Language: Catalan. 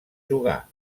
jugar